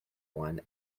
one